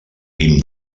guim